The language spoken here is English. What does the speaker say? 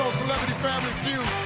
celebrity family feud.